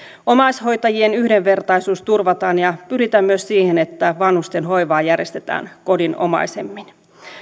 omaishoitajien yhdenvertaisuus turvataan ja pyritään myös siihen että vanhustenhoivaa järjestetään kodinomaisemmin